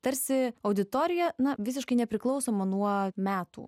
tarsi auditorija na visiškai nepriklausoma nuo metų